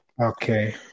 Okay